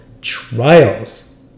trials